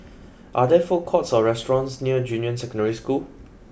are there food courts or restaurants near Junyuan Secondary School